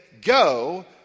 go